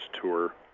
Tour